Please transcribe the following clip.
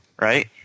Right